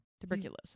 Tuberculosis